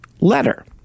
letter